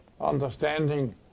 understanding